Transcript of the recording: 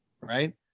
right